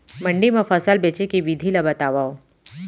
मंडी मा फसल बेचे के विधि ला बतावव?